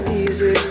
easy